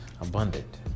abundant